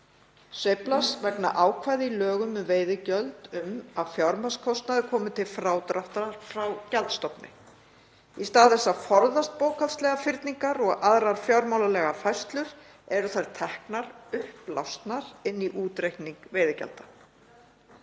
sveiflast vegna ákvæða í lögum um veiðigjöld um að fjármagnskostnaður komi til frádráttar frá gjaldstofni. Í stað þess að forðast bókhaldslegar fyrningar og aðrar fjármálalegar færslur eru þær teknar uppblásnar inn í útreikning veiðigjalda.